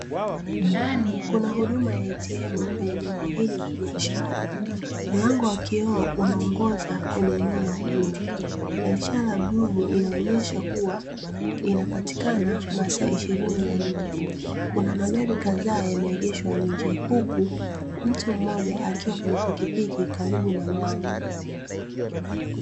Kuna huduma ya "ATM" kwenye jengo hili la biashara. Mlango wa kioo unaongoza kwenye eneo la huduma, na ishara ya bluu inaonyesha kuwa inapatikana kwa masaa ishirini na nne. Kuna magari kadhaa yameengeshwa nje, huku mtu mmoja akiwa kwenye pikipiki karibu na mlango.